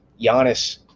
Giannis